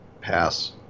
Pass